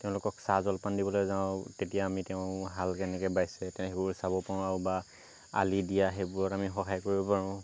তেওঁলোকক চাহ জলপান দিবলৈ যাওঁ তেতিয়া আমি তেওঁ হাল কেনেকৈ বাইছে সেইবোৰ চাব পাৰোঁ বা আলি দিয়া সেইবোৰত আমি সহায় কৰিব পাৰোঁ